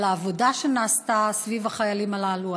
על העבודה שנעשתה סביב החיילים הללו,